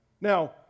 Now